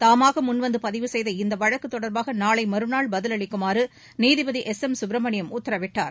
தாமாக முன்வந்து பதிவு செய்த இந்த வழக்கு தொடர்பாக நாளை மறுநாள் பதிலளிக்குமாறு நீதிபதி எஸ் எம் சுப்பிரமணியம் உத்தரவிட்டார்